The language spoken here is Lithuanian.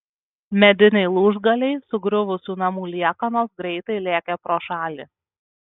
mediniai lūžgaliai sugriuvusių namų liekanos greitai lėkė pro šalį